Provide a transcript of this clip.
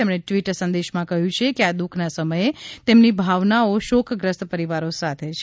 તેમણે ટવીટ સંદેશમાં કહ્યુ છે કે આ દુઃખના સમયે તેમની ભાવનાઓ શોકગ્રસ્ત પરિવારો સાથે છે